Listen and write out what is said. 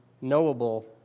knowable